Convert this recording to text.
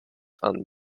and